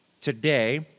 today